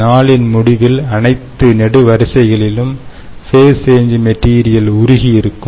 நாளின் முடிவில் அனைத்து நெடுவரிசைகளிலும் ஃபேஸ் சேஞ் மெட்டீரியல் உருகி இருக்கும்